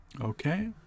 Okay